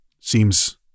seems